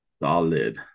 Solid